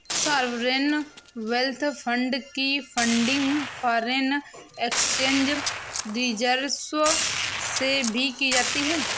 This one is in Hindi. सॉवरेन वेल्थ फंड की फंडिंग फॉरेन एक्सचेंज रिजर्व्स से भी की जाती है